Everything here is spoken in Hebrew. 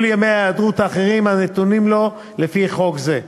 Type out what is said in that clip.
ימי ההיעדרות האחרים הנתונים לו לפי חוק זה.